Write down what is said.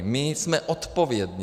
My jsme odpovědní.